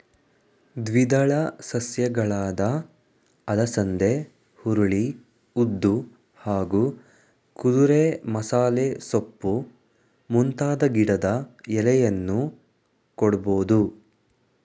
ದ್ವಿದಳ ಸಸ್ಯಗಳಾದ ಅಲಸಂದೆ ಹುರುಳಿ ಉದ್ದು ಹಾಗೂ ಕುದುರೆಮಸಾಲೆಸೊಪ್ಪು ಮುಂತಾದ ಗಿಡದ ಎಲೆಯನ್ನೂ ಕೊಡ್ಬೋದು